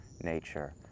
nature